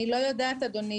אני לא יודעת, אדוני.